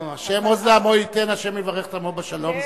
ה' עוז לעמו ייתן ה' יברך את עמו בשלום,